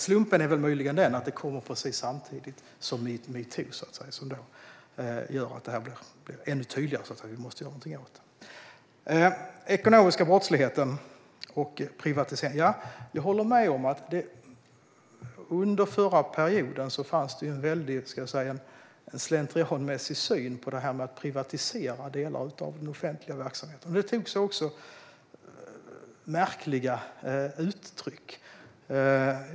Slumpen är möjligen att det kommer precis samtidigt som metoo, vilket gör att det blir ännu tydligare att vi måste göra någonting åt detta. Vad gäller ekonomisk brottslighet och privatisering håller jag med om att det under den förra mandatperioden fanns en slentrianmässig syn på att privatisera delar av den offentliga verksamheten, vilket också tog sig märkliga uttryck.